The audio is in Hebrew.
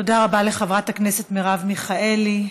תודה רבה לחברת הכנסת מרב מיכאלי.